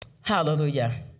Hallelujah